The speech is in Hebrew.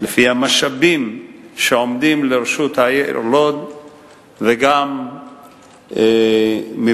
לפי המשאבים שעומדים לרשות העיר לוד וגם מבחינת